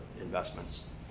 investments